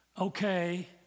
Okay